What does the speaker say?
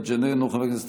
אינו נוכח,